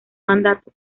mandato